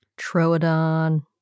Troodon